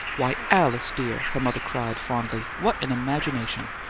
why, alice dear! her mother cried, fondly. what an imagination!